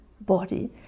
body